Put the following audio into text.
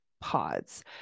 pods